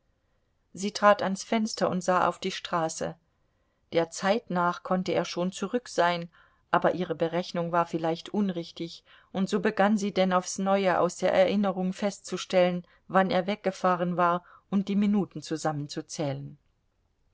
sie trat ans fenster und sah auf die straße der zeit nach konnte er schon zurück sein aber ihre berechnung war vielleicht unrichtig und so begann sie denn aufs neue aus der erinnerung festzustellen wann er weggefahren war und die minuten zusammenzuzählen